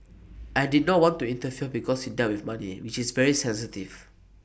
I did not want to interfere because IT dealt with money which is very sensitive